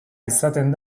izaten